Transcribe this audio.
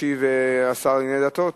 ישיב השר לענייני דתות.